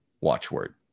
watchword